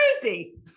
crazy